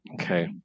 Okay